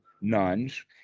nuns